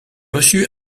reçu